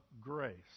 grace